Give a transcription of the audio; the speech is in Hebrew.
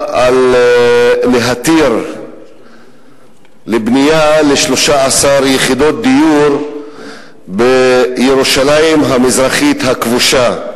להתיר לבנייה 13 יחידות דיור בירושלים המזרחית הכבושה.